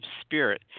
spirit